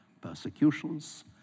persecutions